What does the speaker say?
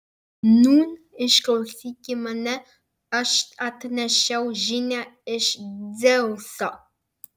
nūn išklausyki mane aš atnešiau žinią iš dzeuso